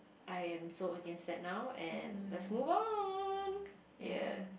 I am so against that now and let's move on ya